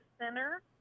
center